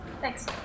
Thanks